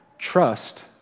Trust